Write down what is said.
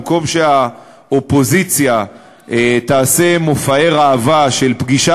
במקום שהאופוזיציה תעשה מופעי ראווה של פגישה